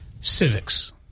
civics